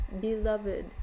beloved